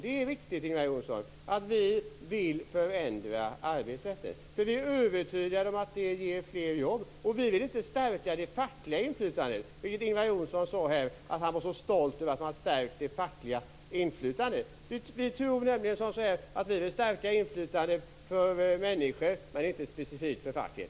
Det är riktigt, Ingvar Johnsson, att vi vill förändra arbetsrätten. Vi är övertygade om att det ger fler jobb. Däremot vill vi inte stärka det fackliga inflytandet. Ingvar Johnsson talade ju om hur stolt han var över att de hade stärkt det fackliga inflytandet. Vi vill stärka inflytandet för människor, men inte specifikt för facket.